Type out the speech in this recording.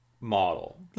model